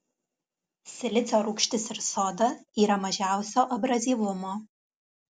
silicio rūgštis ir soda yra mažiausio abrazyvumo